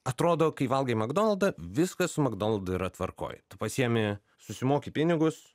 atrodo kai valgai magdonaldą viskas su magdonaldu yra tvarkoj tu pasiemi susimoki pinigus